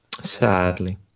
Sadly